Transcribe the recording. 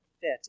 fit